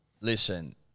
Listen